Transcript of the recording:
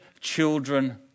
children